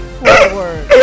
forward